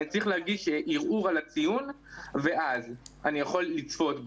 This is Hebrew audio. אני צריך להגיש ערעור על הציון ואז אני יכול לצפות בו.